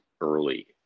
early